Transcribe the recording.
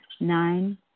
Nine